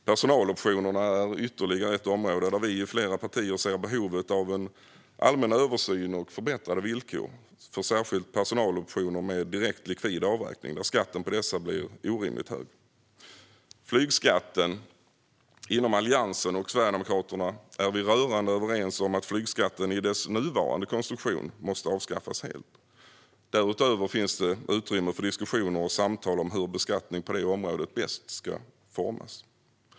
Personaloptioner är ytterligare ett område där vi och flera partier ser behovet av en allmän översyn och förbättrade villkor, särskilt för personaloptioner med direkt likvid avräkning där skatten på dessa blir orimligt hög. I fråga om flygskatten är partierna inom Alliansen och Sverigedemokraterna rörande överens om att den i dess nuvarande konstruktion måste avskaffas helt. Därutöver finns det utrymme för diskussioner och samtal om hur beskattning på det området bäst ska formas.